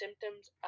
symptoms